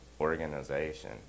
organization